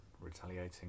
retaliating